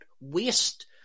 waste